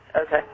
Okay